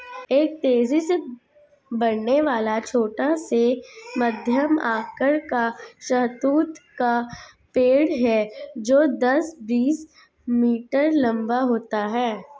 एक तेजी से बढ़ने वाला, छोटा से मध्यम आकार का शहतूत का पेड़ है जो दस, बीस मीटर लंबा होता है